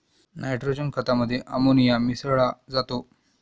nitrogen खतामध्ये ammonia मिसळा जातो